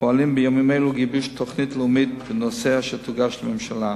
פועל בימים אלו לגיבוש תוכנית לאומית בנושא אשר תוגש לממשלה.